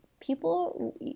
people